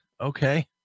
Okay